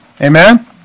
Amen